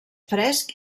fresc